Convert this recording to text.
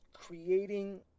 creating